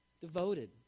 Devoted